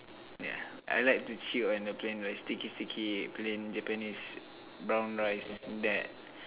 yeah I like to chew on the plain rice sticky sticky plain Japanese brown rice that